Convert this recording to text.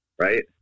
right